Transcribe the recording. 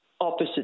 opposite